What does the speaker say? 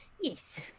yes